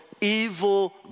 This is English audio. evil